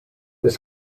this